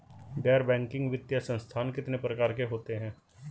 गैर बैंकिंग वित्तीय संस्थान कितने प्रकार के होते हैं?